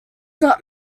got